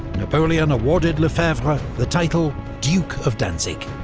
napoleon awarded lefebvre the title duke of danzig.